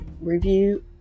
review